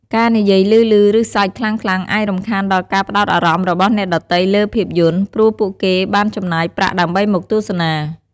ការនិយាយឮៗ ឬសើចខ្លាំងៗអាចរំខានដល់ការផ្តោតអារម្មណ៍របស់អ្នកដទៃលើភាពយន្ត ព្រោះពួកគេបានចំណាយប្រាក់ដើម្បីមកទស្សនា។